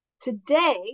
today